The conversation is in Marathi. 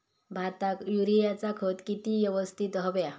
भाताक युरियाचा खत किती यवस्तित हव्या?